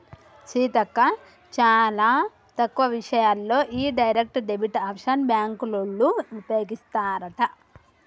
సీతక్క చాలా తక్కువ విషయాల్లోనే ఈ డైరెక్ట్ డెబిట్ ఆప్షన్ బ్యాంకోళ్ళు ఉపయోగిస్తారట